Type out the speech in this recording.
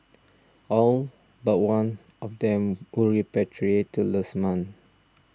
all but one of them were repatriated last month